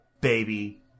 baby